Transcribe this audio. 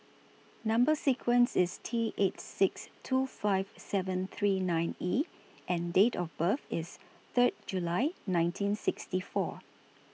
Number sequence IS T eight six two five seven three nine E and Date of birth IS Third July nineteen sixty four